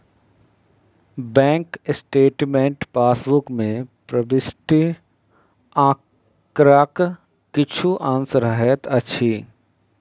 bank statement passbook मे प्रविष्ट आंकड़ाक किछु अंश रहैत अछि